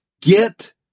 get